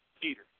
Peter